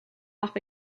off